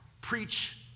preach